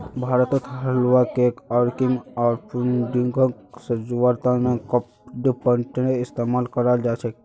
भारतत हलवा, केक आर क्रीम आर पुडिंगक सजव्वार त न कडपहनटेर इस्तमाल कराल जा छेक